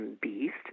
Beast